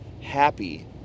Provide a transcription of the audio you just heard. happy